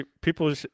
people